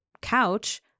couch